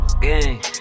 gang